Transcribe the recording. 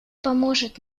поможет